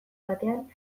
batean